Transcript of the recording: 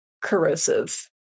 corrosive